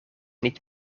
niet